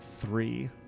three